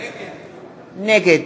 נגד